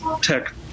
tech